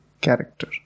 character